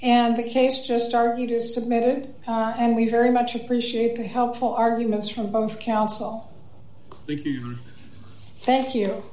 and the case just argued is submitted and we very much appreciate the helpful arguments from both counsel thank you